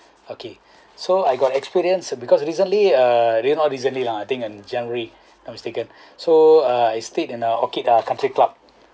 okay so I got experience because recently uh do you know recently lah I think at january if not mistaken so uh I stayed in uh orchid uh country club